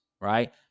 right